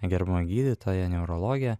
gerbiamą gydytoją neurologę